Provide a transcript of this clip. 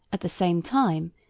at the same time,